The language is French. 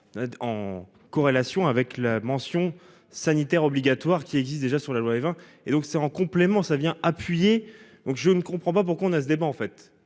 En corrélation avec la mention sanitaire obligatoire qui existe déjà sur la loi Évin, et donc c'est en complément, ça vient appuyer donc je ne comprends pas pourquoi on a ce débat en fait